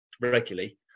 regularly